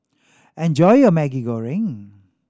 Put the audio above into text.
enjoy your Maggi Goreng